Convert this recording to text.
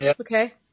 Okay